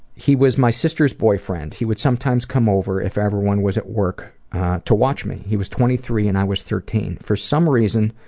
he was my sister's boyfriend. he would sometimes come over if everyone was at work to watch me. he was twenty three and i was thirteen. for some reason,